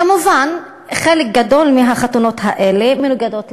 כמובן, חלק גדול מהחתונות האלה מנוגדות לחוק,